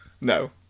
no